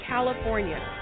California